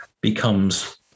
becomes